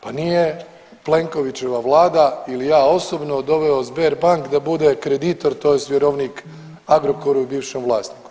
Pa nije Plenkovićeva vlada ili ja osobno doveo Sberbank da bude kreditor tj. vjerovnik Agrokoru i bivšem vlasniku.